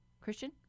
Christian